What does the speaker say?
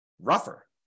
rougher